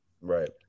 Right